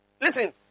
Listen